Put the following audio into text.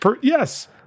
yes